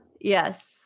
Yes